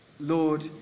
Lord